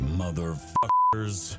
motherfuckers